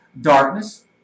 darkness